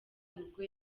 nibwo